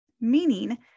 Meaning